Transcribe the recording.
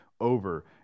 over